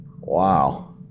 Wow